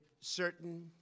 certain